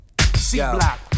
C-block